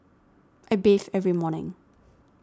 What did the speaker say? I bathe every morning